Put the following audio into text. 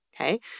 okay